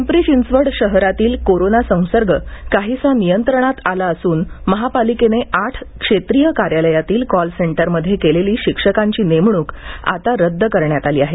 पिंपरी चिंचवड शहरातील कोरोना संसर्ग काहीसा नियंत्रणात आला असून महापालिकेने आठ क्षेत्रिय कार्यालयातील कॉलसेंटरमध्ये केलेली शिक्षकांची नेमणूक आता रद्द करण्यात आली आहे